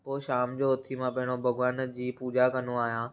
पोइ शाम जो उथी मां पहिरियों भॻवान जी पूॼा कंदो आहियां